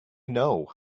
know